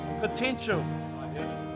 potential